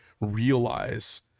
realize